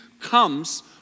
comes